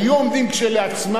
היו עומדים כשלעצמם,